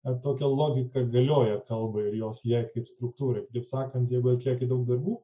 ar tokia logika galioja kalbai ir jos jai kaip struktūrai taip sakant jeigu atlieki daug darbų